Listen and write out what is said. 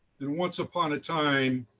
and once upon a time